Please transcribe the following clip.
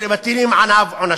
מטילים עליו עונשים.